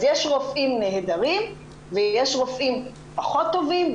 אז יש רופאים נהדרים ויש רופאים פחות טובים,